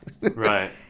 Right